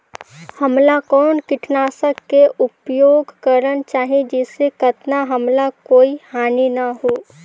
हमला कौन किटनाशक के उपयोग करन चाही जिसे कतना हमला कोई हानि न हो?